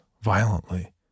violently